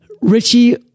Richie